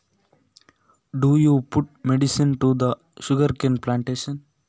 ಕಬ್ಬಿನ ತೋಟಕ್ಕೆ ಔಷಧಿ ಹಾಕುತ್ತಾರಾ?